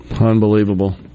Unbelievable